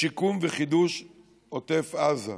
לשיקום וחידוש עוטף עזה.